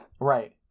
right